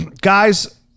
Guys